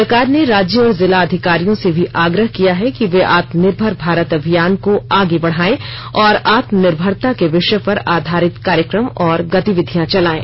सरकार ने राज्य और जिला अधिकारियों से भी आग्रह किया है कि वे आत्मानिर्भर भारत अभियान को आगे बढ़ाएँ और आत्मनिर्भरता के विषय पर आधारित कार्यक्रम और गतिविधियाँ चलायें